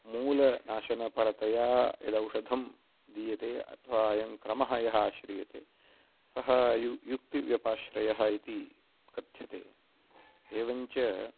मूलनाशनपरतया यदौषधं दीयते अथवा अयं क्रमः यः आश्रियते सः यु युक्तिः व्यपाश्रयः इति कथ्यते एवञ्च